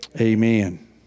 amen